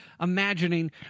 imagining